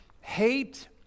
hate